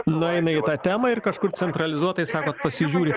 nueina į tą temą ir kažkur centralizuotai sakot pasižiūri